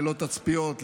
ללא תצפיות,